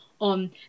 on